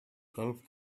golf